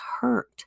hurt